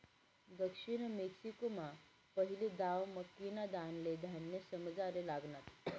दक्षिण मेक्सिकोमा पहिली दाव मक्कीना दानाले धान्य समजाले लागनात